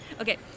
okay